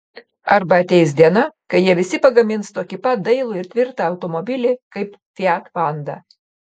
arba ateis diena kai jie visi pagamins tokį pat dailų ir tvirtą automobilį kaip fiat panda